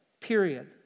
period